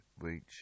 reach